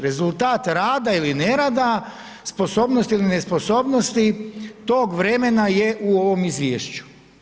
Rezultat rada ili nerada, sposobnosti ili nesposobnosti tog vremena je u ovom izvješću.